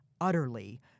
utterly